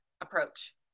approach